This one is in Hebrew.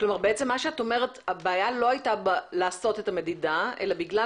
את אומרת שהבעיה לא הייתה לעשות את המדידה אלא זה בגלל